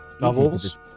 Novels